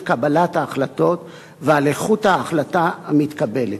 קבלת ההחלטות ועל איכות ההחלטה המתקבלת.